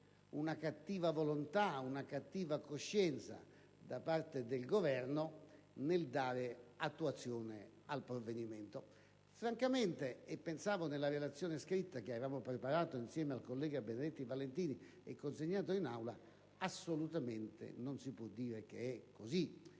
una cattiva volontà, una cattiva coscienza, da parte del Governo nel dare attuazione al provvedimento. Francamente - come affermato nella relazione che abbiamo preparato insieme al collega Benedetti Valentini e consegnato in Aula - assolutamente non si può dire che sia così.